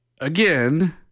again